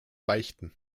beichten